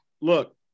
look